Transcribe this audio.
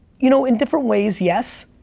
you know, in different ways yes.